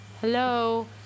Hello